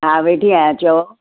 हा वेठी आहियां चओ